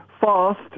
fast